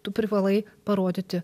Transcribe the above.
tu privalai parodyti